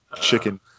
Chicken